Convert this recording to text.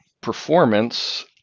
performance